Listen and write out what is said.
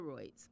steroids